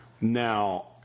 Now